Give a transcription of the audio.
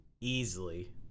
Easily